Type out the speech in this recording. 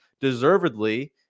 deservedly